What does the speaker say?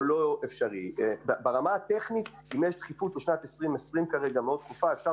ברמה הטכנית אפשר